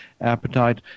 appetite